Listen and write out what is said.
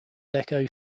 deco